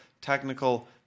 technical